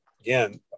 again